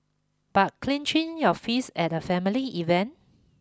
but clinching your fist at a family event